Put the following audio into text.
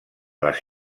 les